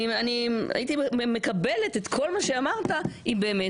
אני הייתי מקבלת את כל מה שאמרת אם באמת